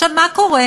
עכשיו, מה קורה?